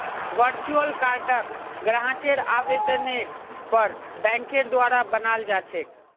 virtual कार्डक ग्राहकेर आवेदनेर पर बैंकेर द्वारा बनाल जा छेक